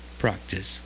practice